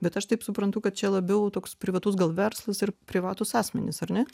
bet aš taip suprantu kad čia labiau toks privatus gal verslas ir privatūs asmenys ar ne